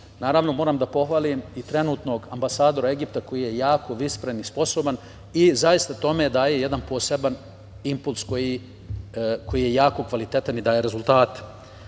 moram da pohvalim i trenutnog ambasadora Egipta koji je jako vispren i sposoban i zaista tome daje jedan poseban impuls koji je jako kvalitetan i daje rezultate. Tako